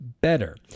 better